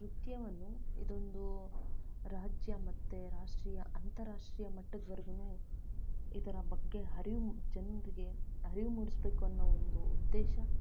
ನೃತ್ಯವನ್ನು ಇದೊಂದು ರಾಜ್ಯ ಮತ್ತು ರಾಷ್ಟ್ರೀಯ ಅಂತಾರಾಷ್ಟ್ರೀಯ ಮಟ್ಟದ್ವರ್ಗು ಇದರ ಬಗ್ಗೆ ಅರಿವು ಜವರಿಗೆ ಅರಿವು ಮೂಡಿಸಬೇಕು ಅನ್ನೋ ಒಂದು ಉದ್ದೇಶ